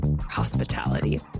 Hospitality